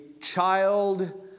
child